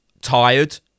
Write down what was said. tired